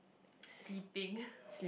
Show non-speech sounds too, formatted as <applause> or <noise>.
<noise> sleeping <laughs>